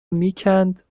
میکند